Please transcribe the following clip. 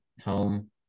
home